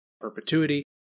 perpetuity